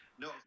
No